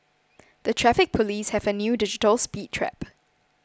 the Traffic Police have a new digital speed trap